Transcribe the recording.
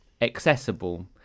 accessible